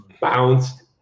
bounced